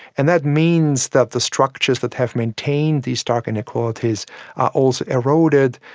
and that means that the structures that have maintained these stark inequalities are also eroded.